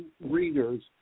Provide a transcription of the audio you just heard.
readers